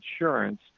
insurance